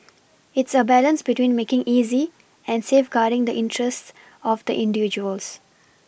it's a balance between making easy and safeguarding the interests of the individuals